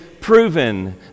proven